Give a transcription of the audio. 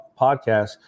podcast